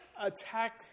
attack